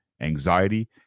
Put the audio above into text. anxiety